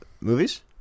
movies